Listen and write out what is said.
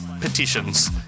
petitions